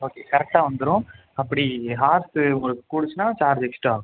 okay கரக்ட்டாக வந்துவிடும் அப்படி ஹார்ஸ் உங்களுக்கு கூடிடுச்சின்னா சார்ஜ் எக்ஸ்டரா ஆகும்